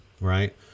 right